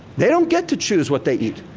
they don't get to choose what they eat.